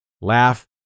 laugh